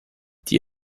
die